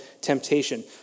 temptation